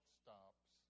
stops